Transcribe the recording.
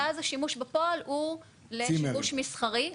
ואז השימוש בפועל הוא לשימוש מסחרי.